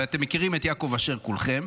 ואתם מכירים את יעקב אשר כולכם,